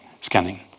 scanning